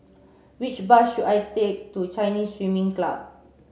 which bus should I take to Chinese Swimming Club